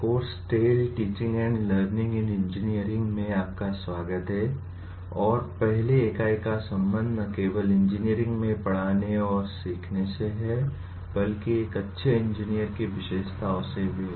course tell teaching and learning in engineering में आपका स्वागत है और पहली इकाई का संबंध न केवल इंजीनियरिंग में पढ़ाने और सीखने से है बल्कि एक अच्छे इंजीनियर की विशेषताओं से भी है